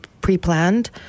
pre-planned